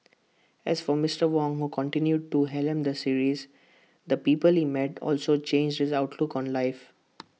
as for Mister Wong who continues to helm the series the people he met also changed his outlook on life